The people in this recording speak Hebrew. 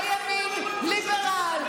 הימין ליברל.